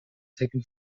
taken